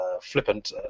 flippant